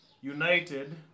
United